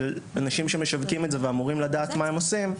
של אנשים שמשווקים את זה ואמורים לדעת מה הם עושים,